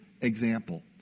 example